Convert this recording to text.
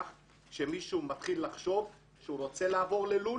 כשמישהו מתחיל לחשוב שהוא רוצה לעבור ללול,